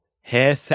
Hair